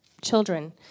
children